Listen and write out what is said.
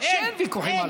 שאין ויכוחים עליו.